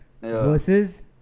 versus